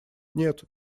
нет